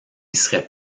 serait